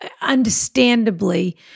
understandably